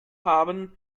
haben